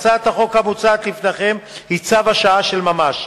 הצעת החוק המוצעת לפניכם היא צו השעה של ממש.